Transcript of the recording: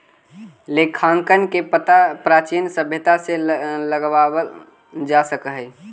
लेखांकन के पता प्राचीन सभ्यता से लगावल जा सकऽ हई